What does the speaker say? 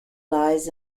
lies